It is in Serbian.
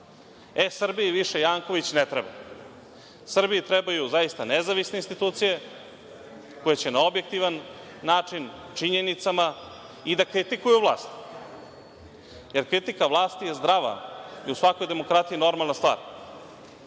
E, Srbiji više Janković ne treba. Srbiji trebaju zaista nezavisne institucije koje će na objektivan način, činjenicama, i da kritikuju vlast, jer kritika vlasti je zdrava i u svakoj demokratiji normalna stvar,